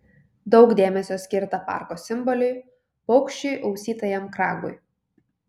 daug dėmesio skirta parko simboliui paukščiui ausytajam kragui